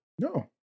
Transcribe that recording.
No